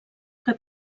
que